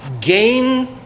gain